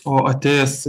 o atėjęs